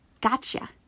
Gotcha